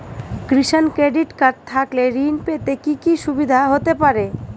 কিষান credit card থাকলে ঋণ পেতে কি কি সুবিধা হতে পারে?